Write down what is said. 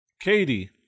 Katie